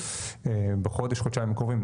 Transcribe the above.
בחודש-חודשיים הקרובים,